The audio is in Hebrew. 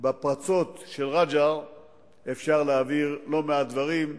האמן לי שבפרצות של רג'ר אפשר להעביר לא מעט דברים.